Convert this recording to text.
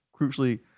crucially